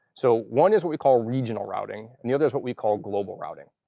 so one is what we call regional routing. and the other's what we call global routing.